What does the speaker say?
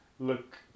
Look